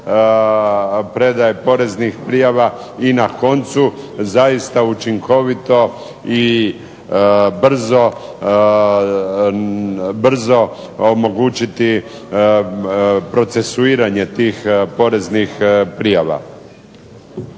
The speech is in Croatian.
predaje poreznih prijava i na koncu zaista učinkovito i brzo omogućiti procesuiranje tih poreznih prijava.